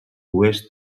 oest